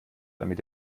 damit